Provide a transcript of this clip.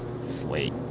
sweet